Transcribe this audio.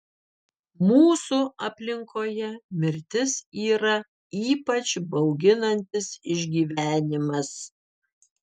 mūsų aplinkoje mirtis yra ypač bauginantis išgyvenimas